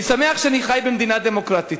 אני שמח שאני חי במדינה דמוקרטית.